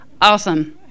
awesome